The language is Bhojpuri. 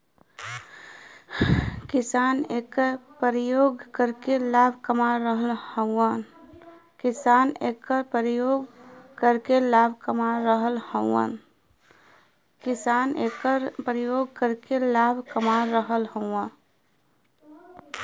किसान एकर परियोग करके लाभ कमा रहल हउवन